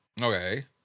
Okay